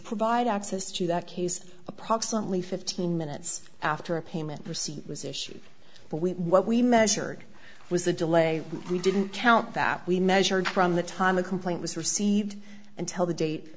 provide access to that case approximately fifteen minutes after a payment receipt was issued but we what we measured was the delay we didn't count that we measured from the time a complaint was received until the date